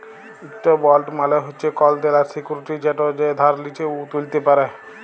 ইকট বল্ড মালে হছে কল দেলার সিক্যুরিটি যেট যে ধার লিছে উ তুলতে পারে